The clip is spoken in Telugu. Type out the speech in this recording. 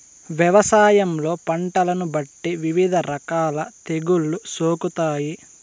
వ్యవసాయంలో పంటలను బట్టి వివిధ రకాల తెగుళ్ళు సోకుతాయి